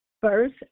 First